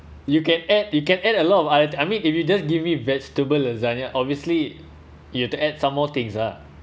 you can add you can add a lot of oth~ I mean if you just give me vegetable lasagna obviously you have to add some more things lah